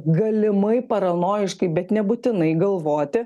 galimai paranojiškai bet nebūtinai galvoti